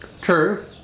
True